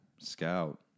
scout